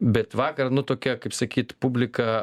bet vakar nu tuokia kaip sakyt publika